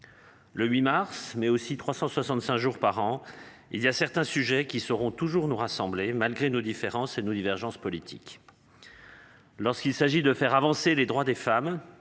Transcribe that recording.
Le 8 mars mais aussi 365 jours par an. Il y a certains sujets qui seront toujours nous rassembler, malgré nos différences et nos divergences politiques. Lorsqu'il s'agit de faire avancer les droits des femmes.